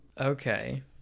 Okay